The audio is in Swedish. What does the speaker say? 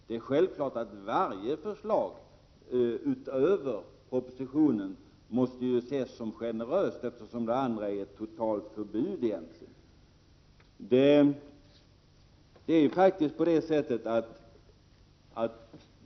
Det är självklart att varje förslag som går utöver propositionen måste ses som generöst, eftersom förslaget i propositionen egentligen innebär ett totalt förbud.